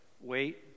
wait